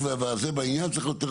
ומי שהטיל ספק